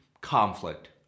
conflict